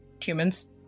humans